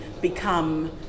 become